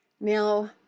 Now